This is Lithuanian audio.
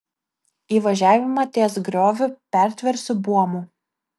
įvažiavimą ties grioviu pertversiu buomu